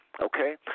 Okay